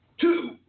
Two